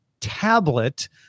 tablet